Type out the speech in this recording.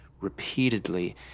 repeatedly